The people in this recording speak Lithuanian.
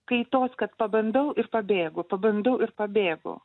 kaitos kad pabandau ir pabėgu pabundu ir pabėgu